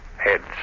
heads